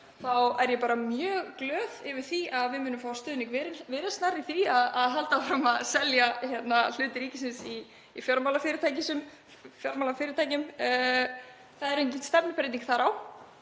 þá er ég mjög glöð yfir því að við munum fá stuðning Viðreisnar í því að halda áfram að selja hluti ríkisins í fjármálafyrirtækjum. Það er engin stefnubreyting þar á.